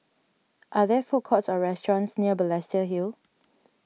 are there food courts or restaurants near Balestier Hill